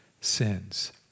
sins